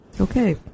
Okay